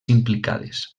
implicades